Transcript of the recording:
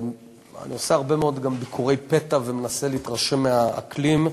אני גם עושה הרבה מאוד ביקורי פתע ומנסה להתרשם מהאקלים.